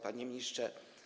Panie Ministrze!